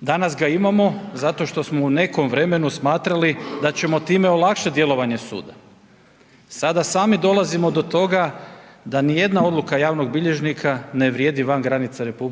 Danas ga imamo zato što smo u nekom vremenu smatrali da ćemo time olakšati djelovanje suda, sada sami dolazimo do toga da nijedna odluka javnog bilježnika ne vrijedi van granica RH